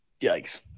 Yikes